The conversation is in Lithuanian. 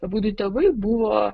abudu tėvai buvo